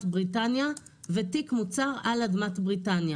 בריטניה ותיק מוצר על אדמת בריטניה.